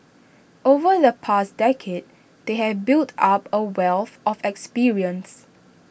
over the past decade they have built up A wealth of experience